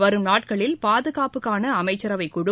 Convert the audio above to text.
வரும் நாட்களில் பாதுகாப்புக்கான அமைச்சரவைக் குழு